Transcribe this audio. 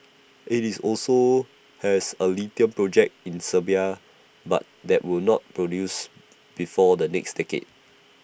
IT is also has A lithium project in Serbia but that will not produce before the next decade